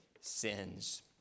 sins